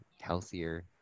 healthier